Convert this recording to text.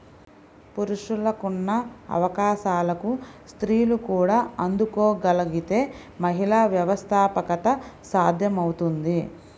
పురుషులకున్న అవకాశాలకు స్త్రీలు కూడా అందుకోగలగితే మహిళా వ్యవస్థాపకత సాధ్యమవుతుంది